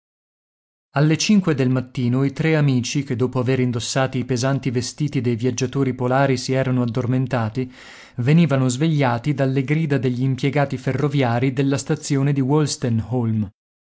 alle cinque del mattino i tre amici che dopo aver indossati i pesanti vestiti dei viaggiatori polari si erano addormentati venivano svegliati dalle grida degli impiegati ferroviari della stazione di